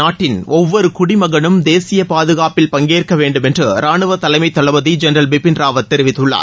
நாட்டின் ஒவ்வொரு குடிமகனும் தேசிய பாதகாப்பில் பங்கேற்க வேண்டும் என்று ராணுவ தலைமை தளபதி ஜென்ரல் பிபின் ராவத் தெரிவித்துள்ளார்